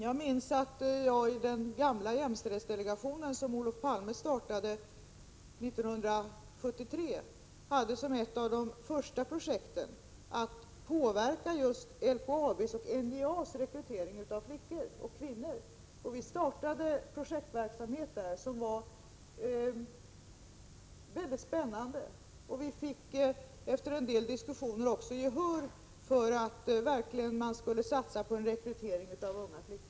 Jag minns att jag i den gamla jämställdhetsdelegationen, som Olof Palme startade 1973, som ett av de första projekten hade att just påverka LKAB:s och NJA:s rekrytering av flickor och kvinnor. Vi startade en projektverksamhet där som var väldigt spännande. Efter en del diskussioner fick vi också gehör för våra synpunkter att man verkligen skulle satsa på rekrytering av unga flickor.